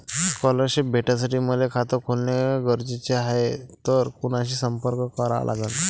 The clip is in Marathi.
स्कॉलरशिप भेटासाठी मले खात खोलने गरजेचे हाय तर कुणाशी संपर्क करा लागन?